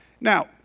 Now